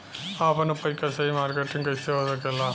आपन उपज क सही मार्केटिंग कइसे हो सकेला?